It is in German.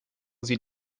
sie